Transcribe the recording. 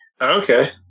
Okay